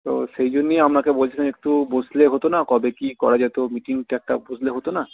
তো সেই জন্যই আপনাকে বলছিলাম একটু বসলে হতো না কবে কী করা যেত মিটিংটা একটা বসলে হতো না